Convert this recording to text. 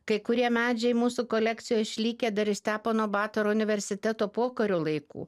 kai kurie medžiai mūsų kolekcijoj išlikę dar stepono batoro universiteto pokario laikų